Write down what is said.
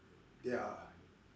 ya